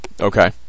Okay